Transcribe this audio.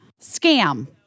Scam